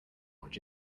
which